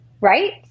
Right